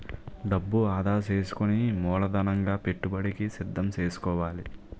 డబ్బు ఆదా సేసుకుని మూలధనంగా పెట్టుబడికి సిద్దం సేసుకోవాలి